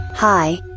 Hi